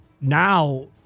now